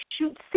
shoot